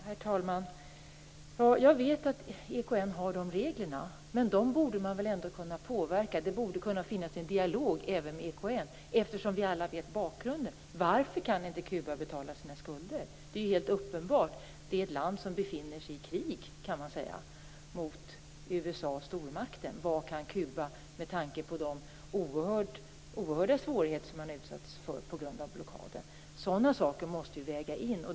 Herr talman! Jag vet att EKN har sådana regler, men dem borde man väl kunna påverka. Det borde kunna finnas en dialog även med EKN, eftersom vi alla vet bakgrunden till att Kuba inte kan betala sina skulder. Det är helt uppenbart ett land som befinner sig i krig mot stormakten USA. Vad kan Kuba med tanke på de oerhörda svårigheter man utsatts för på grund av blockaden göra? Sådana saker måste vägas in.